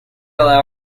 allow